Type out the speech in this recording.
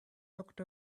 looked